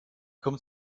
kommt